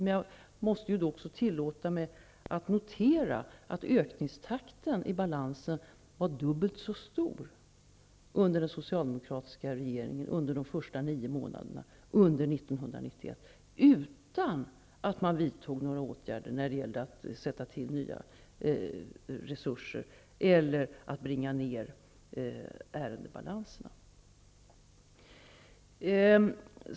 Men jag tillåter mig att notera att ökningstakten i balansen var dubbelt så stor under de första nio månaderna 1991 då det var en socialdemokratisk regering. Inga åtgärder vidtogs för att tillföra nya resurser eller att bringa ned ärendebalanserna.